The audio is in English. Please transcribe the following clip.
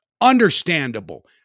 Understandable